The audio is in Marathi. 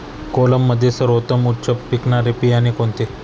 कोलममध्ये सर्वोत्तम उच्च पिकणारे बियाणे कोणते?